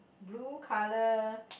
blue colour